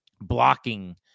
blocking